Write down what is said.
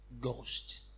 Ghost